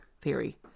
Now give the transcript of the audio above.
theory